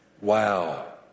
Wow